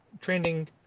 trending